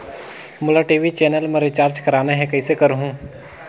मोला TV channel मा recharge करना हे, कइसे करहुँ?